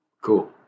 cool